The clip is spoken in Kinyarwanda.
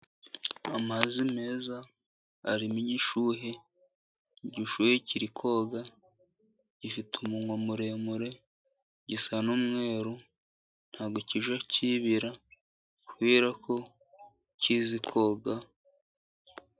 Amazi meza arimo igishuhe, igishuhe kiri koga, gifite umunwa muremure, gisa n'umweru, ntabwo kijya kibira kubera ko kizi koga.